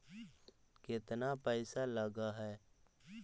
केतना पैसा लगय है?